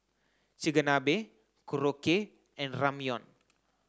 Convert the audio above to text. Chigenabe Korokke and Ramyeon